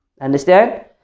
Understand